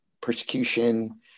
persecution